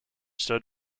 stood